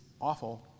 awful